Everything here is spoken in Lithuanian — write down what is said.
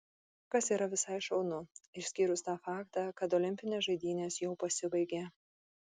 kas yra visai šaunu išskyrus tą faktą kad olimpinės žaidynės jau pasibaigė